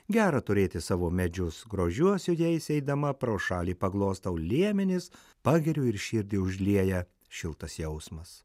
gera turėti savo medžius grožiuosi jais eidama pro šalį paglostau liemenis pagiriu ir širdį užlieja šiltas jausmas